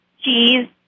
cheese